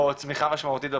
או צמיחה משמעותית בפניות.